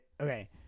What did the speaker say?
okay